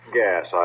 gas